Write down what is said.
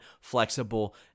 flexible